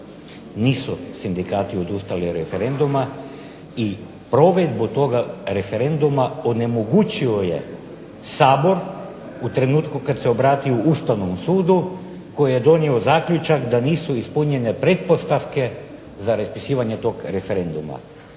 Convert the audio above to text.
Nisu sindikati odustali od referenduma. I provedbu toga referenduma onemogućio je Sabor u trenutku kad se obratio Ustavnom sudu koji je donio zaključak da nisu ispunjene pretpostavke za raspisivanje tog referenduma.